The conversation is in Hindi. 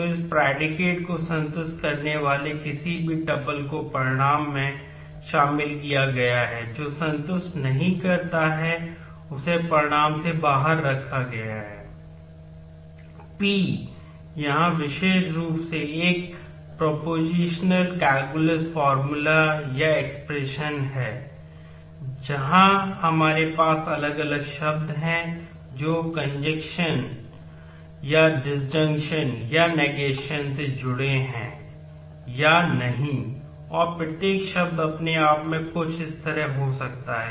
तो इस प्रेडीकेट हो सकता है